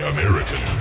American